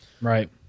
Right